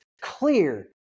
clear